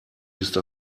bist